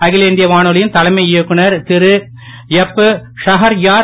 அகில இந்திய வானொலியின் தலைமை இயக்குனர் திருஎப்ஷ்ஹர்யார்